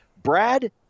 Brad